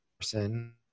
person